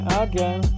again